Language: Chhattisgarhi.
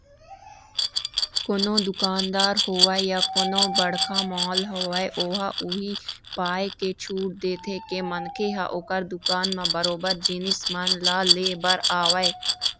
कोनो दुकानदार होवय या कोनो बड़का मॉल होवय ओहा उही पाय के छूट देथे के मनखे ह ओखर दुकान म बरोबर जिनिस मन ल ले बर आवय